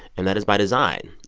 and that is by design.